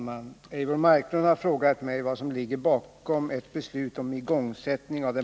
Herr talman!